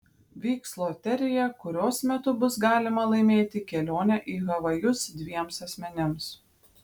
vyks loterija kurios metu bus galima laimėti kelionę į havajus dviems asmenims